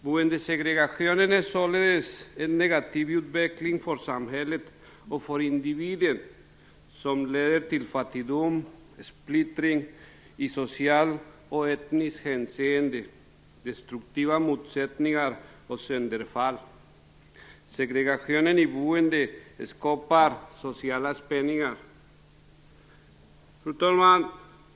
Boendesegregationen är således en negativ utveckling för samhället och för individen. Den leder till fattigdom, splittring i socialt och etniskt hänseende, destruktiva motsättningar och sönderfall. Segregation i boende skapar sociala spänningar. Fru talman!